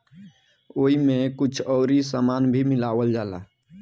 ओइमे कुछ अउरी सामान भी मिलावल जाला